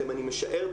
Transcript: אני משער,